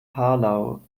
palau